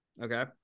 Okay